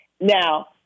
Now